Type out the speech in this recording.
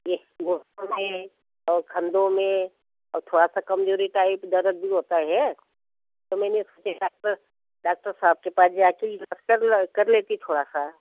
ये घुटनों में और कंधों में और थोड़ा सा कमज़ोरी टाइप दर्द भी होता है तो मैंने डाक्टर डाक्टर साहब के पास जा कर इलाज करला कर लेती थोड़ा सा